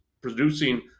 producing